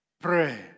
pray